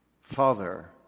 Father